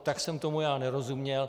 Tak jsem tomu já nerozuměl.